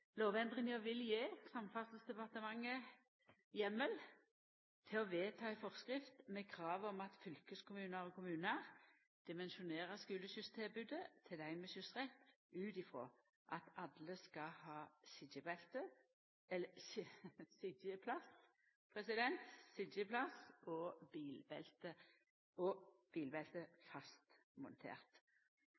Lovendringa vil gje Samferdselsdepartementet heimel til å vedta ei forskrift med krav om at fylkeskommunar og kommunar dimensjonerer skuleskysstilbodet til dei med skyssrett ut frå at alle skal ha sitjeplass og bilbelte